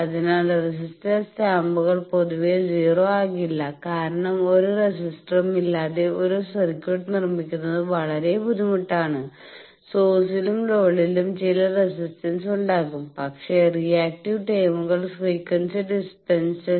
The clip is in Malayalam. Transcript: അതിനാൽ റെസിസ്റ്റർ സ്റ്റമ്പുകൾ പൊതുവെ 0 ആകില്ല കാരണം ഒരു റെസിസ്റ്ററും ഇല്ലാതെ ഒരു സർക്യൂട്ട് നിർമ്മിക്കുന്നത് വളരെ ബുദ്ധിമുട്ടാണ് സോഴ്സിലും ലോഡിലും ചില റെസിസ്റ്റൻസ് ഉണ്ടാകും പക്ഷേ റിയാക്ടീവ് ടേമുകൾ ഫ്രീക്വൻസി ഡിപെൻഡൻഡ് ആണ്